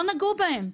ולא נגעו בהן.